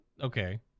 okay